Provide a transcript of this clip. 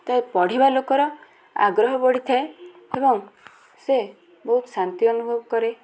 ପଢ଼ିବା ଲୋକର ଆଗ୍ରହ ବଢ଼ିଥାଏ ଏବଂ ସେ ବହୁତ ଶାନ୍ତି ଅନୁଭବ କରେ